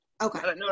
Okay